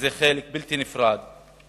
שהם חלק בלתי נפרד מעבודתם.